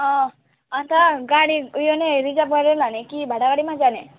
अँ अनि त गाडी ऊ यो नै रिजर्भ गरेरै लाने कि भाडा गाडीमा जाने